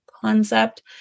concept